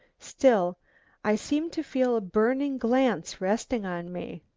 still i seem to feel a burning glance resting on me.